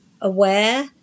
aware